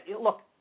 look